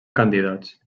candidats